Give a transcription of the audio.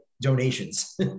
donations